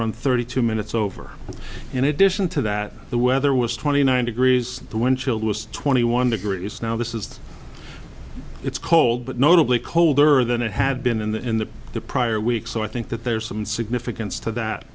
around thirty two minutes over in addition to that the weather was twenty nine degrees the wind chill was twenty one degrees now this is it's cold but notably colder than it had been in the in the the prior week so i think that there's some significance to that